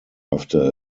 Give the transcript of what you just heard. after